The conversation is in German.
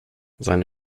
seine